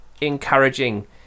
encouraging